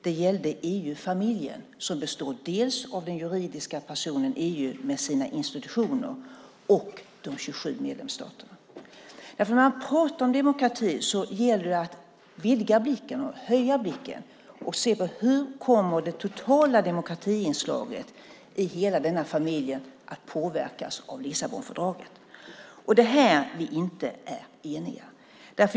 Den gällde EU-familjen som består både av den juridiska personen EU med sina institutioner och av de 27 medlemsstaterna. När man pratar om demokrati gäller det att höja blicken och se hur det totala demokratiinslaget i hela denna familj att påverkas av Lissabonfördraget. Det är här vi inte är eniga.